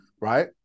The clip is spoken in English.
right